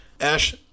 Ash